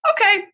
okay